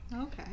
okay